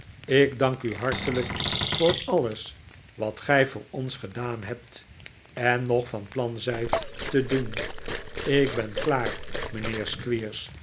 ik dank u hartelijk voor alles wat gij voor ons gedaan hebt en nog van plan zijt te doen ik ben klaar mijnheer